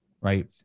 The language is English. right